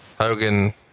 Hogan